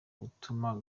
gutuma